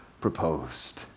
proposed